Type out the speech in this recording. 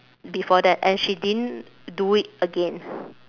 before that and she didn't do it again